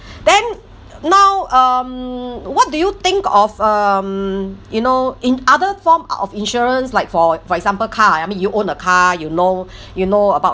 then now um what do you think of um you know in other form of insurance like for for example car uh I mean you own a car you know you know about